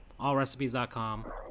allrecipes.com